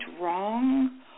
wrong